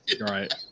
Right